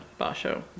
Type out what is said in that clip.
basho